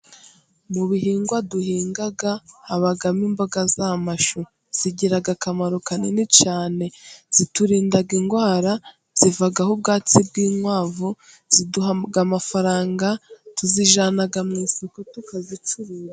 Mu bihingwa duhinga habamo imboga z'amashu ,zigira akamaro kanini cyane ,ziturinda indwara ,zivaho ubwatsi bw'inkwavu, ziduha amafaranga tuzijyana mu isoko tukazicuruza.